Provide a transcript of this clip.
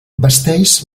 vesteix